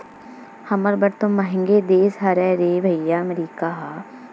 हमर बर तो मंहगे देश हरे रे भइया अमरीका ह